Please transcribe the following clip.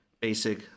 basic